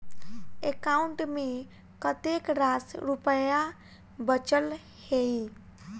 account मे कतेक रास रुपया बचल एई